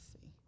see